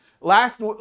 Last